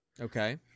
Okay